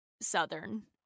Southern